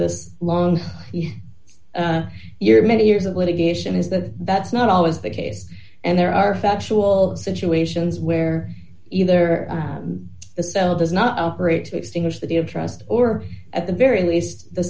this long year many years of litigation is that that's not always the case and there are factual situations where either the cell does not operate to extinguish the of trust or at the very least the